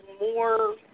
more